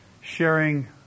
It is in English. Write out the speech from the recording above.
sharing